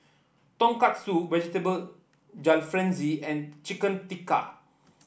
Tonkatsu Vegetable Jalfrezi and Chicken Tikka